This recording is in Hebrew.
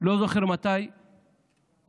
ולא זוכר מתי הוספנו